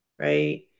Right